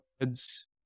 words